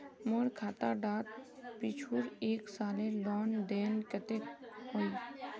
मोर खाता डात पिछुर एक सालेर लेन देन कतेक होइए?